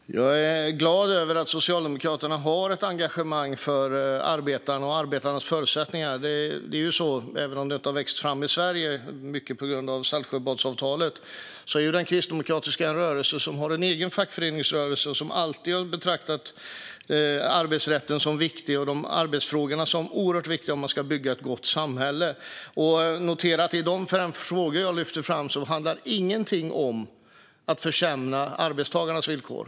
Fru talman! Jag är glad över att Socialdemokraterna har ett engagemang för arbetarna och arbetarnas förutsättningar. Även om detta inte har växt fram i Sverige, mycket på grund av Saltsjöbadsavtalet, är det ju så att den kristdemokratiska rörelsen har en egen fackföreningsrörelse och alltid har betraktat arbetsrätten som viktig och arbetsfrågorna som oerhört viktiga om man ska bygga ett gott samhälle. Det kan noteras att ingenting i de fem frågor som jag lyfter fram handlar om att försämra arbetstagarnas villkor.